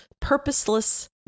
purposeless